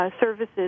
services